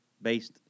Based